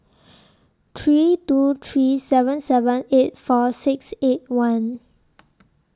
three two three seven seven eight four six eight one